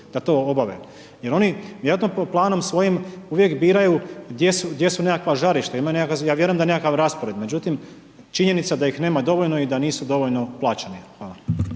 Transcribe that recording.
da to obave jer oni vjerojatno planom svojim uvijek biraju gdje su nekakva žarišta, ja vjerujem da je nekakav raspored, međutim činjenica da ih nema dovoljno i da nisu dovoljno plaćeni. Hvala.